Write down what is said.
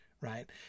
Right